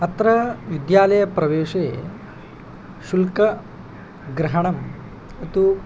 अत्र विद्यालये प्रवेशे शुल्कग्रहणं तु